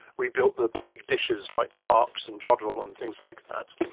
we build the big dishes, like parkes and jodrell and things like that,